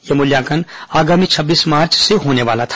यह मूल्यांकन आगामी छब्बीस मार्च से होने वाला था